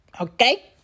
okay